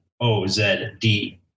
o-z-d